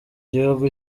gihugu